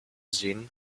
sehen